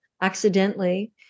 accidentally